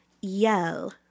yell